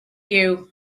you